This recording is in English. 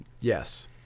Yes